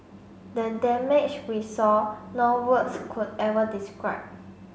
the damage we saw no words could ever describe